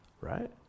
Right